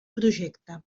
projecte